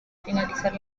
finalizar